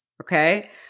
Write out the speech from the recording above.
Okay